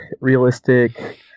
realistic